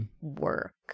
work